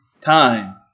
time